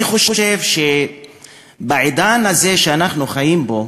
אני חושב שבעידן הזה שאנחנו חיים בו,